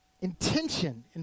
intention